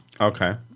Okay